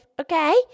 okay